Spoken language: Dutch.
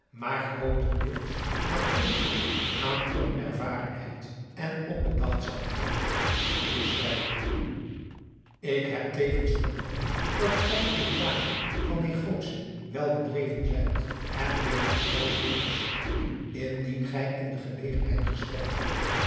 maar grootendeels aan onkunde aan onervarenheid en onbedachtzaamheid is toe te schrijven ik heb tevens vernomen dat gij in zaken van negotie wel bedreven zijt en dus dat gij zeer waarschijnlijk indien gij in de gelegenheid gesteld werdt